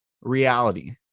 reality